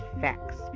facts